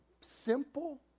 simple